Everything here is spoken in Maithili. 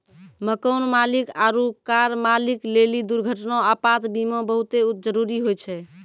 मकान मालिक आरु कार मालिक लेली दुर्घटना, आपात बीमा बहुते जरुरी होय छै